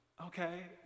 okay